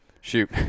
shoot